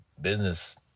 business